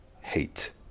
hate